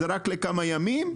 זה רק לכמה ימים,